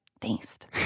taste